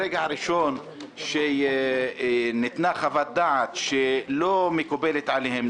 ברגע הראשון שניתנה חוות דעת שלא מקובלת עליהם,